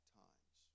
times